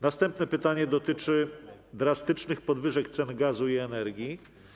Następne pytanie dotyczy drastycznych podwyżek cen gazu i energii.